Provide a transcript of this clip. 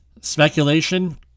Speculation